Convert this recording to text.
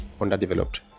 underdeveloped